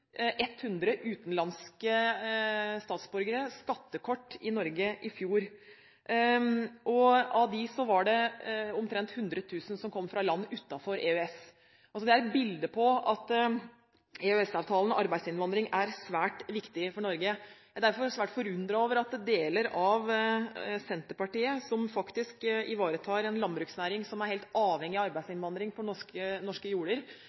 100 utenlandske statsborgere skattekort i Norge i fjor, og av dem var det omtrent 100 000 som kom fra land utenfor EØS. Det er et bilde på at EØS-avtalen og arbeidsinnvandring er svært viktig for Norge. Jeg er derfor svært forundret over at deler av Senterpartiet – som faktisk ivaretar en landbruksnæring som er helt avhengig av arbeidsinnvandring på norske jorder